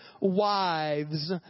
wives